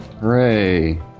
Hooray